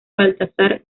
baltasar